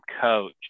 coach